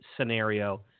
scenario